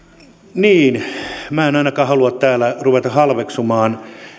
niin minä en ainakaan halua täällä ruveta halveksumaan